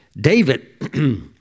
David